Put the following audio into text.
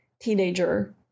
teenager